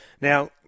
Now